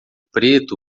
preto